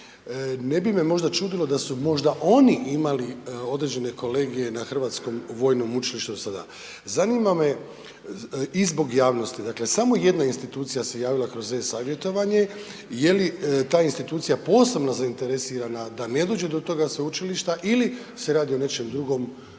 ne bi me možda čudilo da su možda oni imali određene kolegije na Hrvatskom vojnom učilištu do sada. Zanima me, i zbog javnosti dakle, samo jedna institucija se javila kroz e-savjetovanje, je li ta institucija posebno zainteresirana da ne dođe do toga sveučilišta ili se radi o nečem drugom,